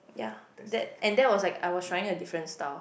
ya that and that was like I was trying a different style